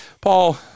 Paul